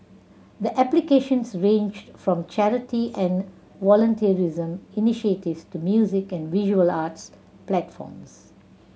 the applications ranged from charity and volunteerism initiatives to music and visual arts platforms